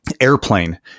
airplane